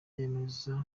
yemeza